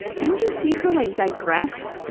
didn't you see her like digress?